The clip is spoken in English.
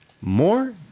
more